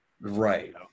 right